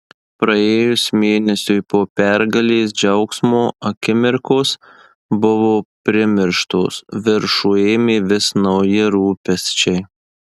praėjus mėnesiui po pergalės džiaugsmo akimirkos buvo primirštos viršų ėmė vis nauji rūpesčiai